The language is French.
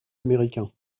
américain